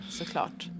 såklart